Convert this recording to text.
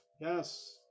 yes